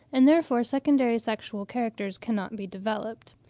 and therefore secondary sexual characters cannot be developed.